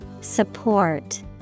Support